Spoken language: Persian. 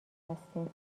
هستیم